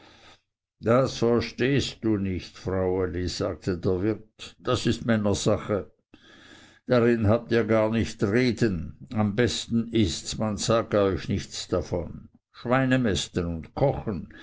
das verstehst du nicht fraueli sagte der wirt das ist männersache darin habt ihr gar nicht zu reden am besten ists man sage euch nichts davon schweine mästen und kochen